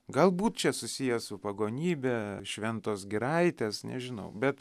galbūt čia susiję su pagonybe šventos giraitės nežinau bet